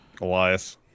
Elias